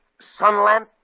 Sunlamp